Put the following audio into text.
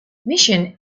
mission